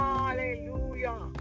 Hallelujah